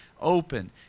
open